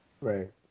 Right